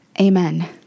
Amen